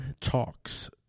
Talks